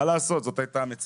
מה לעשות, זאת הייתה המציאות.